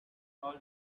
all